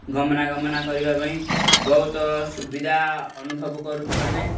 ଗମନା ଗମନ କରିବା ପାଇଁ ବହୁତ ସୁବିଧା ଅନୁଭବ କରୁଛୁ ଆମେ